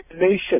nation